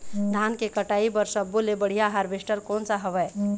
धान के कटाई बर सब्बो ले बढ़िया हारवेस्ट कोन सा हवए?